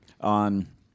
On